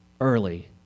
early